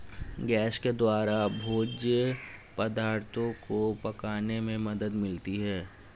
gas के द्वारा भोज्य पदार्थो को पकाने में मदद मिलती है